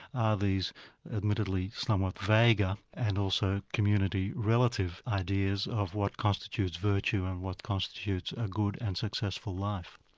are these admittedly somewhat vaguer and also community relative ideas of what constitutes virtue and what constitutes a good and successful life.